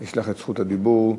יש לך את זכות הדיבור ראשונה.